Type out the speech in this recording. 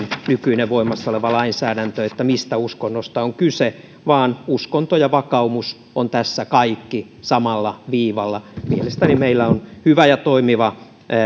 nykyinen voimassa oleva lainsäädäntö myöskään ota kantaa siihen mistä uskonnosta on kyse vaan uskonto ja vakaumus kaikki ovat tässä samalla viivalla mielestäni meillä on hyvä ja toimiva